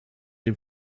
den